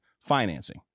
financing